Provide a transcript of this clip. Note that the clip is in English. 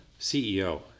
ceo